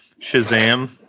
Shazam